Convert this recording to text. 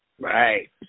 Right